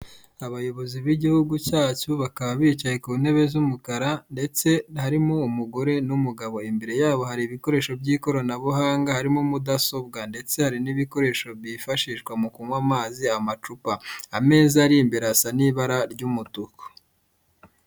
Abayobozi b'igihugu cyacu bakaba bicaye ku ntebe z'umukara, ndetse harimo umugore n'umugabo. Imbere yabo hari ibikoresho by'ikoranabuhanga harimo mudasobwa ndetse hari n'ibikoresho byifashishwa mu kunywa amazi amacupa, ameza ari imbere asa n'ibara ry'umutuku.